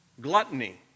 Gluttony